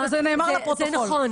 זה נאמר לפרוטוקול.